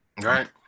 right